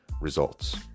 results